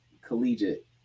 collegiate